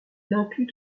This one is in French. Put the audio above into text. inclut